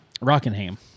Rockingham